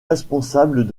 responsables